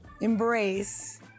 embrace